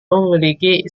memiliki